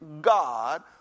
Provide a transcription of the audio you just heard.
god